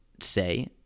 say